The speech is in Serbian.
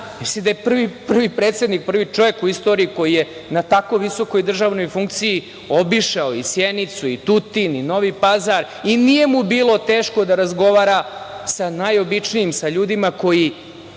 misli da je prvi predsednik, prvi čovek u istoriji koji je na tako visokoj državnoj funkciji obišao i Sjenicu i Tutin i Novi Pazar. Nije mu bilo teško da razgovara sa najobičnijim, sa ljudima čiji